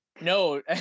No